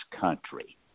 country